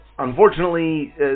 Unfortunately